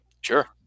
Sure